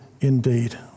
indeed